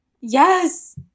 Yes